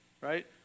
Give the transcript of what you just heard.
right